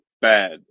bad